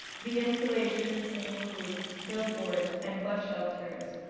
the installations include billboards and bus shelters,